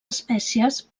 espècies